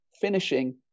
finishing